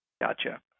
Gotcha